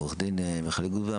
עורך דין מיכאל גוטוויין,